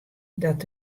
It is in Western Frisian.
dat